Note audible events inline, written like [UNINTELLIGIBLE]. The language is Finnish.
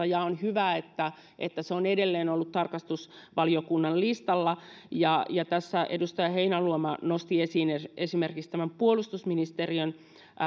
[UNINTELLIGIBLE] ja on hyvä että että se on edelleen ollut tarkastusvaliokunnan listalla tässä edustaja heinäluoma nosti esiin esimerkiksi tämän puolustusministeriön